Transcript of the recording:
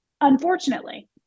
unfortunately